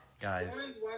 guys